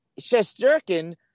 Shesterkin